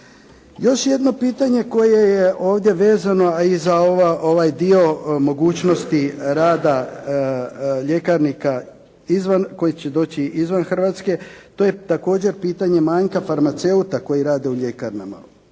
Još jedno pitanje koje je ovdje vezano, a i za ovaj dio mogućnosti rada ljekarnika, koji će doći izvan Hrvatske, to je također pitanje manjka farmaceuta koji rade u ljekarnama.